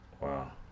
Wow